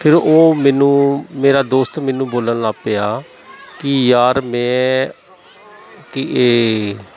ਫਿਰ ਉਹ ਮੈਨੂੰ ਮੇਰਾ ਦੋਸਤ ਮੈਨੂੰ ਬੋਲਣ ਲੱਗ ਪਿਆ ਕਿ ਯਾਰ ਮੈਂ ਕਿ ਇਹ